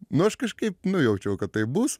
nu aš kažkaip nujaučiau kad taip bus